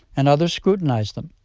and others scrutinize them.